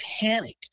panic